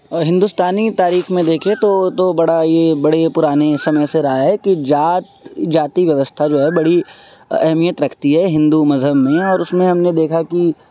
ہندوستانی تاریخ میں دیکھے تو تو بڑا یہ بڑے پرانے سمے سے رہا ہے کہ جات جاتی ویوستھا جو ہے بڑی اہمیت رکھتی ہے ہندو مذہب میں اور اس میں ہم نے دیکھا کہ